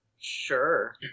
Sure